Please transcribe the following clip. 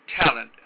talent